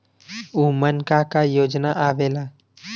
उमन का का योजना आवेला?